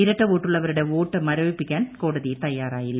ഇരട്ട വോട്ടുള്ളവരുടെ വോട്ട് മരവിപ്പിക്കാൻ കോടതി തയ്യാറായില്ല